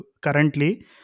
currently